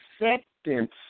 acceptance